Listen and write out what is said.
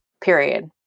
Period